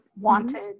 wanted